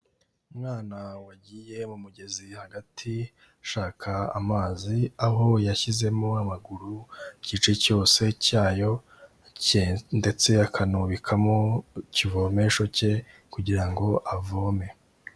Umwana wagiye mu mugezi hagati ashaka amazi, aho yashyizemo amaguru igice cyose cyayo cye ndetse akanubikamo ikivomesho cye kugira ngo avome.